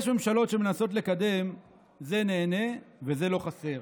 יש ממשלות שמנסות לקדם "זה נהנה וזה לא חסר".